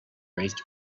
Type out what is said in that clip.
raised